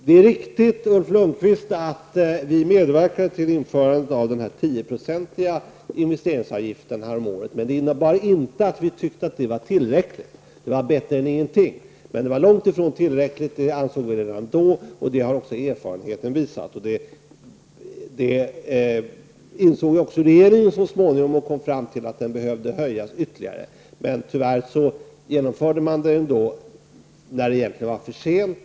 Det är riktigt, Ulf Lönnqvist, att vi medverkade till införandet av den 10-procentiga investeringsavgiften häromåret, men det betydde inte att vi tyckte att detta var tillräckligt. Det var bättre än ingenting. Men redan då ansåg vi att det var långt ifrån tillräckligt, vilket också erfarenheten har visat. Så småningom insåg också regeringen detta och kom fram till att avgiften behövde höjas ytterligare. Tyvärr kom genomförandet när det egentligen var för sent.